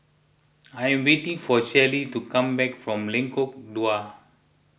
I am waiting for Shelley to come back from Lengkong Dua